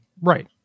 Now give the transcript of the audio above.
right